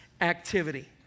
activity